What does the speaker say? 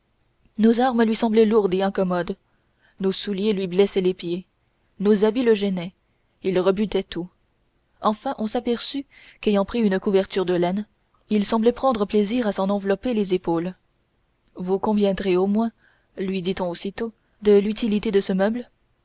nos armes lui semblaient lourdes et incommodes nos souliers lui blessaient les pieds nos habits le gênaient il rebutait tout enfin on s'aperçut qu'ayant pris une couverture de laine il semblait prendre plaisir à s'en envelopper les épaules vous conviendrez au moins lui dit-on aussitôt de l'utilité de ce meuble